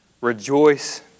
rejoice